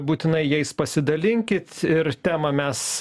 būtinai jais pasidalinkit ir temą mes